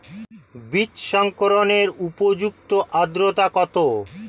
বীজ সংরক্ষণের উপযুক্ত আদ্রতা কত?